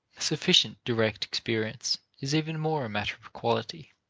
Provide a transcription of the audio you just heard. sufficient direct experience is even more a matter of quality